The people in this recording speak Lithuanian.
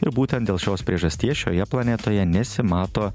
ir būtent dėl šios priežasties šioje planetoje nesimato